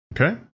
Okay